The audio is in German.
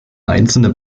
einzelne